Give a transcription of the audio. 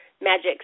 magic